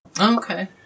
Okay